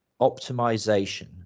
optimization